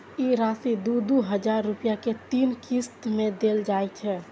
ई राशि दू दू हजार रुपया के तीन किस्त मे देल जाइ छै